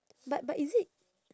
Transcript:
but but is it